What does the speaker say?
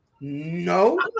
No